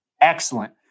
Excellent